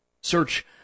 Search